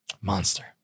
Monster